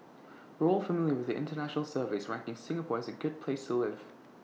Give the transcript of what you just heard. we're all familiar with the International surveys ranking Singapore as A good place to live